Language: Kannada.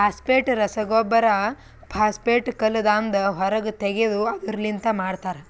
ಫಾಸ್ಫೇಟ್ ರಸಗೊಬ್ಬರ ಫಾಸ್ಫೇಟ್ ಕಲ್ಲದಾಂದ ಹೊರಗ್ ತೆಗೆದು ಅದುರ್ ಲಿಂತ ಮಾಡ್ತರ